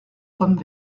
pomme